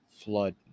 flood